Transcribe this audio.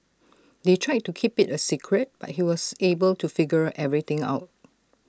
they tried to keep IT A secret but he was able to figure everything out